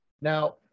Now